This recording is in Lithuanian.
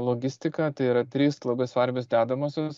logistika tai yra trys labai svarbios dedamosios